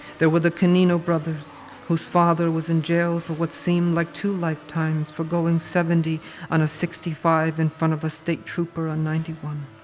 there were the canino brothers, whose father was in jail for what seemed like two lifetimes for going seventy on a sixty five in front of a state trooper on ninety one.